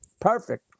perfect